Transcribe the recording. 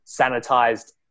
sanitized